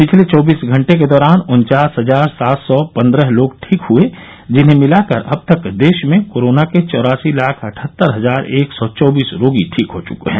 पिछले चौबीस घंटे के दौरान उन्चास हजार सात सौ पन्द्रह लोग ठीक हए जिन्हें मिलाकर अब तक देश में कोरोना के चौरासी लाख अट्ठहत्तर हजार एक सौ चौबीस रोगी ठीक हो चुके हैं